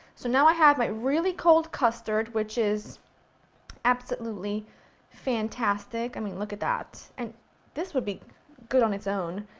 so now i have my really cold custard, which is absolutely fantastic, i mean look at that! and this would be good on it's own,